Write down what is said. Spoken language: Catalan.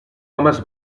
homes